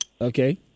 Okay